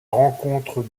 rencontre